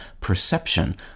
perception